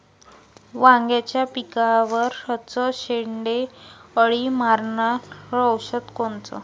वांग्याच्या पिकावरचं शेंडे अळी मारनारं औषध कोनचं?